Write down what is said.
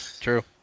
true